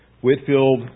Whitfield